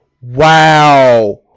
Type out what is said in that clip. Wow